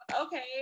okay